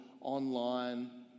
online